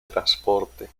transporte